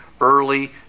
early